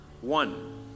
One